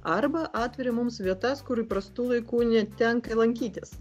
arba atveria mums vietas kur įprastu laiku netenka lankytis